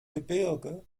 gebirge